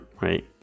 Right